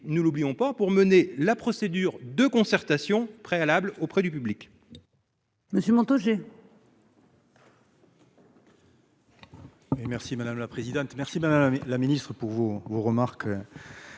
ne l'oublions pas -pour mener la procédure de concertation préalable auprès du public.